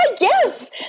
Yes